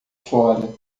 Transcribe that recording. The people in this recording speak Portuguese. fora